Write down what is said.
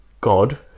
god